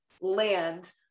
land